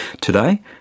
Today